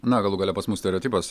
na galų gale pas mus stereotipas